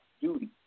duty